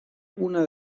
una